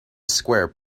square